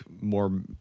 more